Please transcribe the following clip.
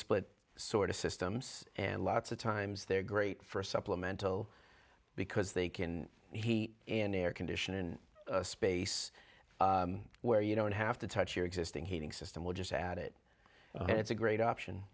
split sort of systems and lots of times they're great for a supplemental because they can he an air condition in space where you don't have to touch your existing heating system will just add it it's a great option